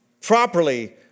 properly